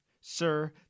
Sir